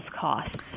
costs